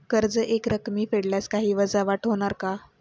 कर्ज एकरकमी फेडल्यास काही वजावट होणार का?